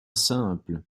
simple